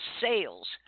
sales